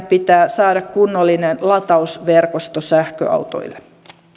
pitää saada kunnollinen latausverkosto sähköautoille